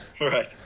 Right